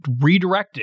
redirecting